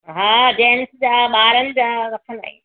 हा जेन्ट्स जा ॿारनि जा रखंदा आहियूं